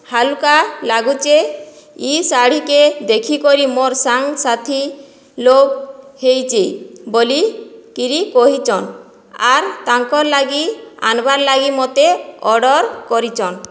ହାଲ୍କା ଲାଗୁଚେ ଇ ଶାଢ଼ୀକେ ଦେଖିକରି ମୋର୍ ସାଙ୍ଗ୍ସାଥି ଲୋଭ୍ ହେଇଛେ ବୋଲିକିରି କହିଚନ୍ ଆର୍ ତାଙ୍କର୍ ଲାଗି ଆନ୍ବାର୍ ଲାଗି ମୋତେ ଅର୍ଡ଼ର୍ କରିଚନ୍